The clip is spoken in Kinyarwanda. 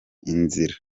nzira